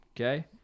Okay